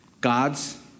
God's